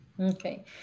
Okay